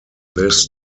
this